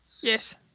yes